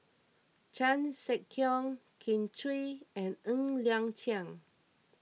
Chan Sek Keong Kin Chui and Ng Liang Chiang